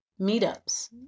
meetups